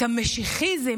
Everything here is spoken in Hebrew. את המשיחיזם,